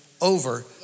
over